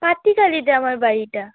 আমার বাড়িটা